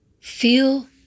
Feel